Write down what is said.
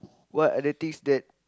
what are the things that